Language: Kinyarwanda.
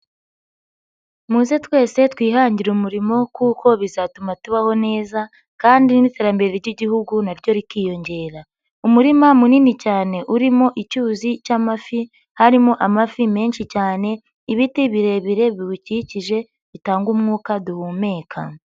Muze twese twihangire umurimo kuko bizatuma tubaho neza kandi n'iterambere ry'igihugu naryo rikiyongera. Umurima munini cyane urimo icyuzi cy'amafi harimo amafi menshi cyane ibiti birebire biwukikije bitanga umwuka duhumeka.